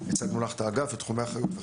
הצגנו לך את האגף ואת תחומי האחריות.